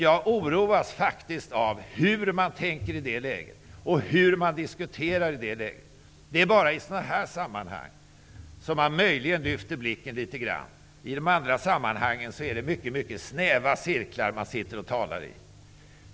Jag oroas faktiskt av hur man tänker och diskuterar i detta läge. Det är bara i sådana här sammanhang som man möjligen lyfter blicken litet grand. I de andra sammanhangen talar man i mycket snäva cirklar.